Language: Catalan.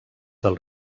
del